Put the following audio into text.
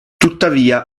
tuttavia